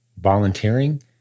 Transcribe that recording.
volunteering